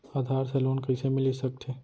आधार से लोन कइसे मिलिस सकथे?